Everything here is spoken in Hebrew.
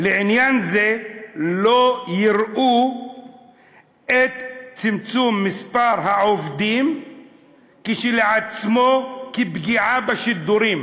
"לעניין זה לא יראו את צמצום מספר העובדים כשלעצמו כפגיעה בשידורים".